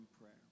prayer